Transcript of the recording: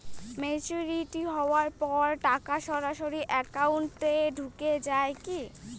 Maturity হওয়ার পর টাকা সরাসরি একাউন্ট এ ঢুকে য়ায় কি?